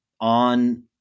on